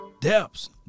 depths